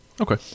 Okay